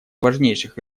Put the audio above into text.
важнейших